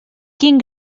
quin